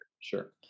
Sure